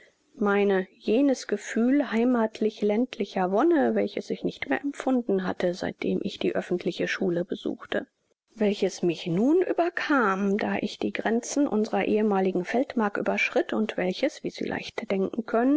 meine jenes gefühl heimathlich ländlicher wonne welches ich nicht mehr empfunden hatte seitdem ich die öffentliche schule besuchte welches mich nun überkam da ich die grenzen unserer ehemaligen feldmark überschritt und welches wie sie leicht denken können